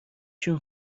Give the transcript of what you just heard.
شون